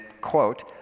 quote